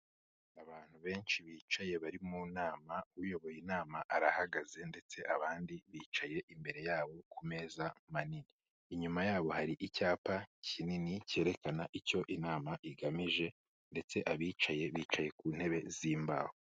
Abantu benshi bicaye bari mu nama ,uyoboye inama arahagaze ndetse abandi bicaye imbere yabo ku meza manini. Inyuma yabo hari icyapa kinini cyerekana icyo inama igamije ndetse abicaye bicaye ku ntebe z'imbaho.